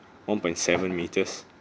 one point seven metres